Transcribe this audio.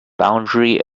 boundary